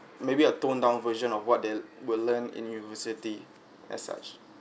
maybe a toned down version of what they will learn in university as such